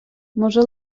може